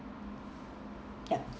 yup